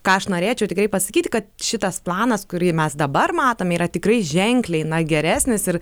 ką aš norėčiau tikrai pasakyti kad šitas planas kurį mes dabar matom yra tikrai ženkliai geresnis ir